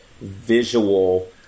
visual